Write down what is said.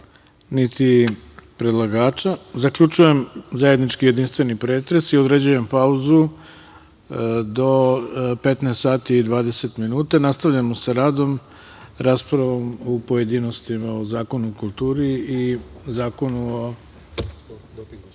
niti predlagača, zaključujem zajednički jedinstveni pretres. Određujem pauzu do 15.20 časova. Nastavljamo sa radom raspravom u pojedinostima o Zakonu o kulturi i Zakonu o